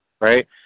right